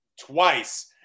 twice